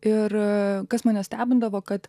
ir kas mane stebindavo kad